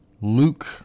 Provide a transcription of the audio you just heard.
Luke